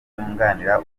yunganira